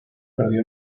perdió